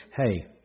hey